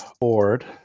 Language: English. board